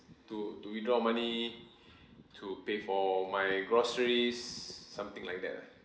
to to withdraw money to pay for my groceries something like that ah